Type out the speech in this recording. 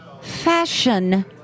fashion